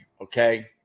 Okay